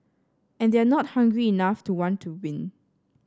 and they're not hungry enough to want to win